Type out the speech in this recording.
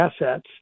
assets